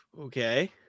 Okay